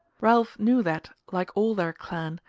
ralph knew that, like all their clan,